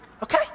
Okay